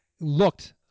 looked